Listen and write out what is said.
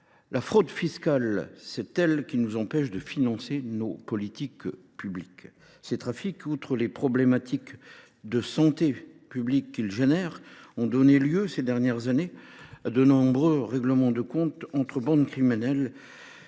La fraude fiscale nous empêche de financer nos politiques publiques. Outre les problématiques de santé publique qu’ils soulèvent, ces trafics ont donné lieu ces dernières années à de nombreux règlements de comptes entre bandes criminelles,